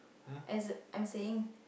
as a I'm saying